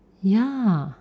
ya